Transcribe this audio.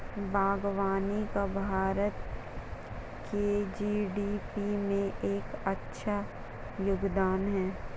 बागवानी का भारत की जी.डी.पी में एक अच्छा योगदान है